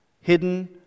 hidden